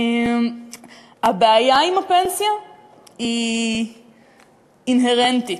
הבעיה עם הפנסיה היא אינהרנטית.